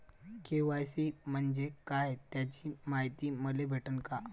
KYC म्हंजे काय त्याची मायती मले भेटन का?